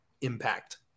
impact